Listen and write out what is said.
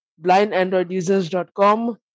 blindandroidusers.com